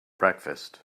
breakfast